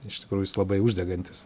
iš tikrųjų jis labai uždegantis